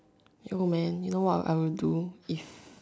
you know man you know what I would do if